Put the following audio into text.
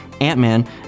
Ant-Man